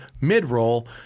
mid-roll